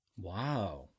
Wow